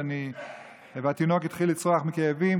והתינוק התחיל לצרוח מכאבים,